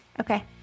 Okay